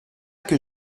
que